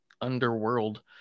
underworld